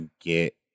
get